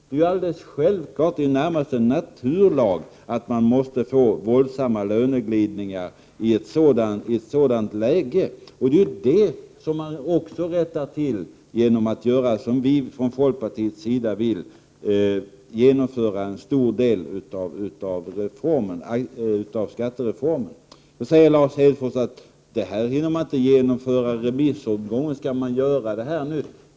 Det är alldeles självklart, närmast en naturlag, att det i ett sådant läge blir våldsamma löneglidningar. Det är det man också rättar till genom att göra som vi från folkpartiets sida vill, genomföra en stor del av skattereformen. Lars Hedfors säger att man inte hinner genomföra detta på grund av remissomgången.